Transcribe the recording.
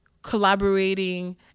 collaborating